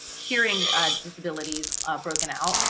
hearing disabilities broken out.